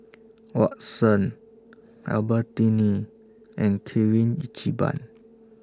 Watsons Albertini and Kirin Ichiban